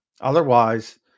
otherwise